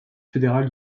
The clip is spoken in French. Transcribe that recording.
fédéral